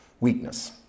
weakness